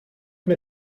mir